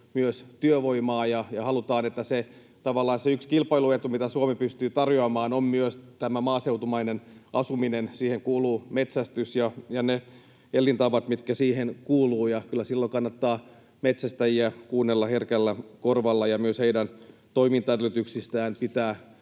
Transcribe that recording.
myös työvoimaa ja halutaan, että tavallaan se yksi kilpailuetu, mitä Suomi pystyy tarjoamaan, on myös tämä maaseutumainen asuminen. Siihen kuuluvat metsästys ja ne elintavat, mitkä siihen kuuluvat, ja kyllä silloin kannattaa metsästäjiä kuunnella herkällä korvalla ja myös heidän toimintaedellytyksistään pitää